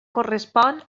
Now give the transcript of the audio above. correspon